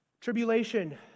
Tribulation